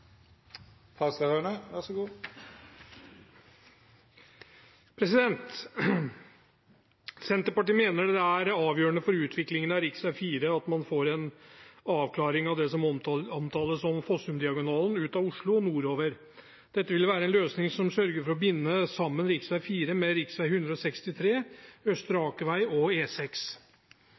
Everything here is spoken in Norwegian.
avgjørende for utviklingen av rv. 4 at man får en avklaring av det som omtales som Fossumdiagonalen, ut av Oslo og nordover. Dette vil være en løsning som sørger for å binde sammen rv. 4 med rv. 163, Østre Aker vei og